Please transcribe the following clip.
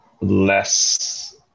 less